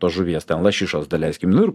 tos žuvies ten lašišos daleiskim nu ir